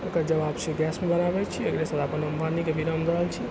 एकर जवाब छै गैसपर बनाबै छी एकर साथ अपन वाणीके विराम दय रहल छी